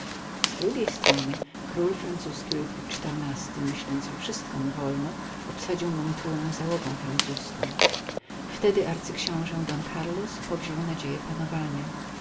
z drugiej strony król francuzki ludwik xiv myśląc że wszystko mu wolno osadził mantuę załogą francuzką wtedy arcyksiąże don carlos powziął nadzieję panowania